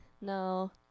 No